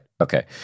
okay